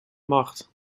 macht